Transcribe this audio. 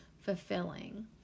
fulfilling